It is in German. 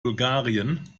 bulgarien